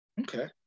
okay